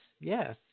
yes